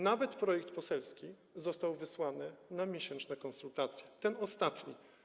Nawet projekt poselski został wysłany na miesięczne konsultacje, ten ostatni.